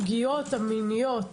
הפגיעות המיניות